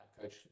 coach